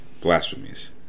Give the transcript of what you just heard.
blasphemies